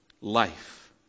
life